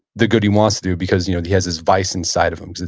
the good he wants to do, because you know he has this vice inside of him,